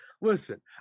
Listen